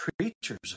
creatures